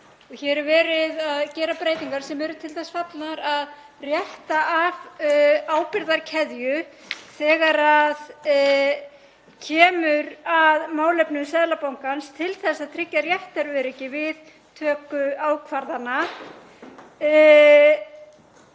Hér er verið að gera breytingar sem eru til þess fallnar að rétta af ábyrgðarkeðju þegar kemur að málefnum Seðlabankans til að tryggja réttaröryggi við töku ákvarðana.